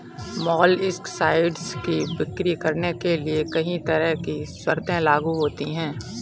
molluscicides की बिक्री करने के लिए कहीं तरह की शर्तें लागू होती है